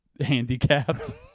handicapped